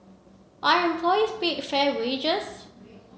are employees paid fair wages